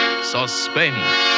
Suspense